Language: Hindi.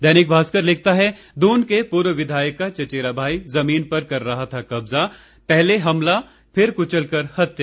दैनिक भास्कर लिखता है दून के पूर्व विधायक का चचेरा भाई जमीन पर कर रहा था कब्जा पहले हमला फिर कुचल कर हत्या